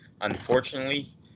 Unfortunately